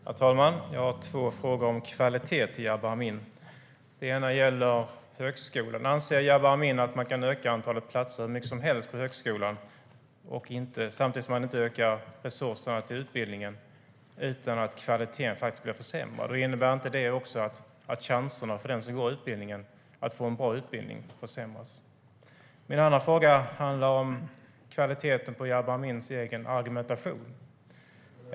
Herr talman! Jag har två frågeställningar om kvalitet till Jabar Amin. Den ena gäller högskolan. Anser Jabar Amin att man kan öka antalet platser hur mycket som helst på högskolan samtidigt som man inte ökar resurserna till utbildningen utan att kvaliteten faktiskt blir försämrad? Och innebär inte det också att chanserna för att utbildningen blir bra försämras? Min andra frågeställning handlar om kvaliteten på Jabar Amins egen argumentation.